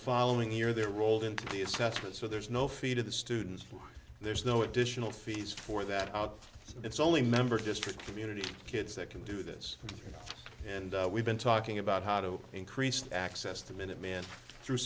following year they're rolled into the assessment so there's no fee to the students there's no additional fees for that out it's only member district community kids that can do this and we've been talking about how to increase access to minutemen through